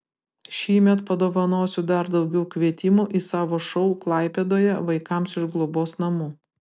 šįmet padovanosiu dar daugiau kvietimų į savo šou klaipėdoje vaikams iš globos namų